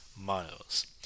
miles